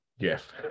Jeff